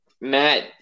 Matt